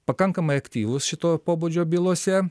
pakankamai aktyvūs šito pobūdžio bylose